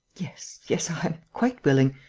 yes. yes. i am quite willing.